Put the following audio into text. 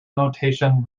notation